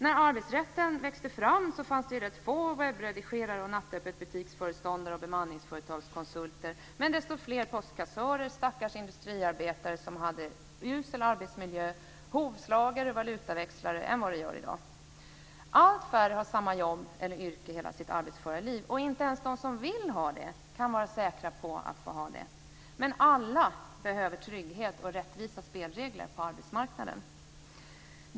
När arbetsrätten växte fram fanns det rätt få webbredigerare, nattöppetbutiksföreståndare eller bemanningsföretagskonsulter men desto fler postkassörer, stackars industriarbetare som hade en usel arbetsmiljö, hovslagare och valutaväxlare än vad det gör i dag. Allt färre har samma jobb eller yrke hela sitt arbetsföra liv, och inte ens de som vill ha det kan vara säkra på att kunna få ha det. Men alla behöver trygghet och rättvisa spelregler på arbetsmarknaden.